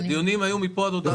היו דיונים מפה עד הודעה חדשה.